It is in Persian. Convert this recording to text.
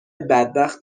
بدبخت